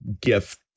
gift